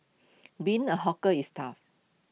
being A hawker is tough